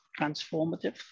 transformative